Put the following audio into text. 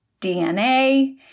DNA